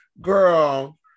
Girl